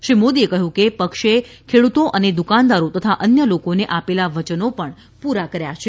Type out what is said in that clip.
શ્રી મોદીએ કહ્યું કે પક્ષે ખેડૂતો અને દુકાનદારો તથા અન્ય લોકોને આપેલા વયનો પૂરા કર્યો છે